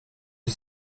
die